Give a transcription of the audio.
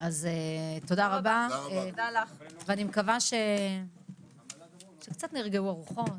אז תודה רבה ואני מקווה שקצת נרגעו הרוחות,